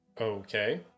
Okay